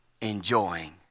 enjoying